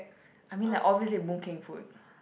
I mean like obviously Boon-Kheng food